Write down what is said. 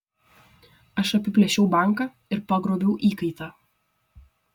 aš apiplėšiau banką ir pagrobiau įkaitą